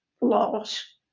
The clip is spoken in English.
loss